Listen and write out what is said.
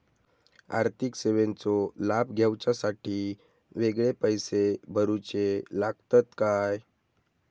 आर्थिक सेवेंचो लाभ घेवच्यासाठी वेगळे पैसे भरुचे लागतत काय?